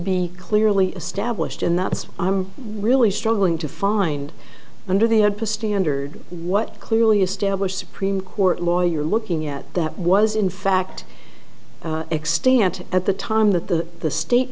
be clearly established and that's i'm really struggling to find under the had to standard what clearly established supreme court law you're looking at that was in fact extent at the time that the the state